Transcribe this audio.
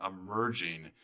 emerging